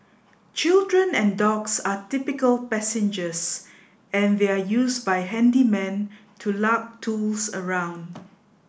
children and dogs are typical passengers and they're used by handymen to lug tools around